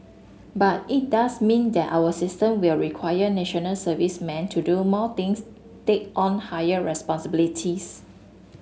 but it does mean that our system will require National Serviceman to do more things take on higher responsibilities